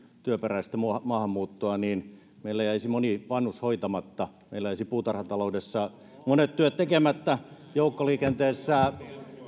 työperäistä maahanmuuttoa niin meillä jäisi moni vanhus hoitamatta meillä jäisi puutarhataloudessa monet työt tekemättä joukkoliikenteessä